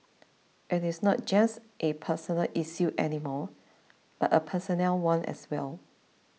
it is not just a personal issue any more but a personnel one as well